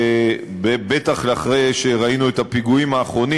ובטח אחרי שראינו את הפיגועים האחרונים,